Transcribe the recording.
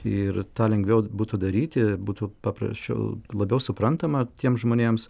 ir tą lengviau būtų daryti būtų paprasčiau labiau suprantama tiems žmonėms